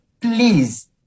please